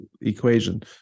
equation